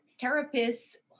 therapist's